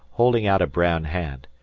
holding out a brown hand.